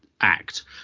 act